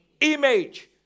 image